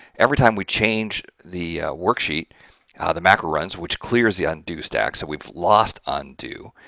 every time we change the worksheet ah the macro runs which clears the undo stack, so we've lost undo,